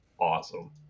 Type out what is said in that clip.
awesome